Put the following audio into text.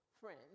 friends